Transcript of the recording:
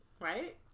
Right